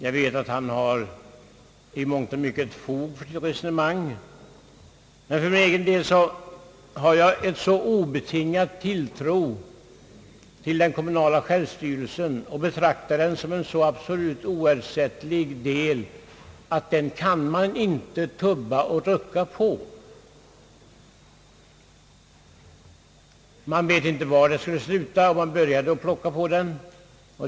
Jag vet att han i mångt och mycket har fog för sitt resonemang, men för min egen del har jag en så obetingad tilltro till den kommunala självstyrelsen och betraktar den som en så oersättlig del att jag anser att man inte kan tubba och rucka på den. Man vet inte var det skulle sluta om man började plocka på den.